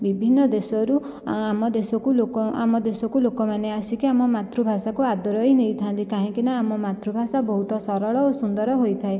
ବିଭିନ୍ନ ଦେଶରୁ ଆମ ଦେଶକୁ ଲୋକ ଆମ ଦେଶକୁ ଲୋକମାନେ ଆସିକି ଆମ ମାତୃଭାଷାକୁ ଆଦରାଇ ନେଇଥାନ୍ତି କାହିଁକିନା ଆମ ମାତୃଭାଷା ବହୁତ ସରଳ ଓ ସୁନ୍ଦର ହୋଇଥାଏ